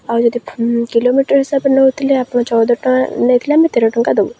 ଆଉ ଯଦି କିଲୋମିଟର୍ ହିସାବରେ ନେଉଥିଲେ ଆପଣ ଚଉଦ ଟଙ୍କା ଦେଇଥିଲେ ଆମେ ତେର ଟଙ୍କା ଦେବୁ